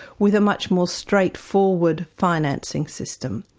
with a much more straightforward financing system,